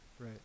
Right